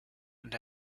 und